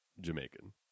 Jamaican